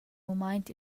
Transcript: mumaint